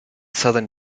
southern